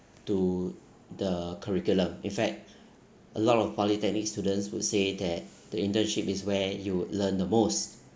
to the curriculum in fact a lot of polytechnic students would say that the internship is where you learn the most